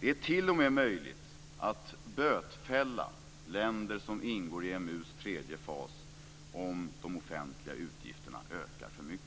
Det är t.o.m. möjligt att bötfälla länder som ingår i EMU:s tredje fas om de offentliga utgifterna ökar för mycket.